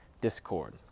discord